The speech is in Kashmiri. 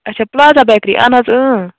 اَچھا پٕلازا بیکری اَہَن حظ اۭں